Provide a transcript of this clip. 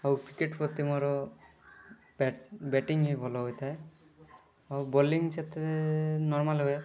ଆଉ କ୍ରିକେଟ୍ ପ୍ରତି ମୋର ବ୍ୟାଟିଙ୍ଗ ବି ଭଲ ହୋଇଥାଏ ଆଉ ବୋଲିଙ୍ଗ୍ ସେତେ ନର୍ମାଲ ହୁଏ